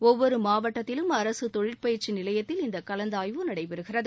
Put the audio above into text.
ஒவ்வொரு மாவட்டத்திலும் அரசு தொழிற்பயிற்சி நிலையத்தில் இந்த கலந்தாய்வு நடைபெறுகிறது